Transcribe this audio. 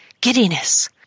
giddiness